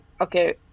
okay